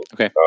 Okay